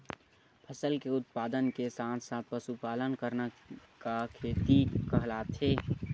फसल के उत्पादन के साथ साथ पशुपालन करना का खेती कहलाथे?